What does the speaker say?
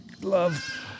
Love